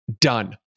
Done